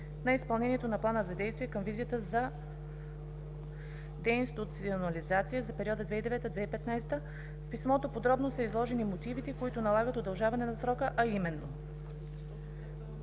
на изпълнението на Плана за действие към Визията за деинституционализация за периода 2009 - 2015 г.“ В писмото подробно са изложени мотивите, които налагат удължаване на срока, а именно: